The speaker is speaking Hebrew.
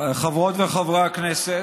חברות וחברי הכנסת,